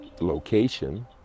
location